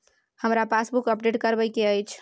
हमरा passbook update करैबे के अएछ?